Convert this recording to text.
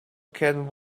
can